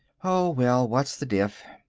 oh, well, what's the diff?